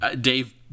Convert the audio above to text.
Dave